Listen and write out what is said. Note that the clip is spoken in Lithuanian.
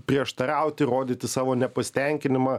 prieštarauti rodyti savo nepasitenkinimą